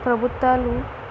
ప్రభుత్వాలు